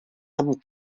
amb